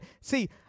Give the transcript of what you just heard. see